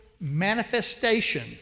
manifestation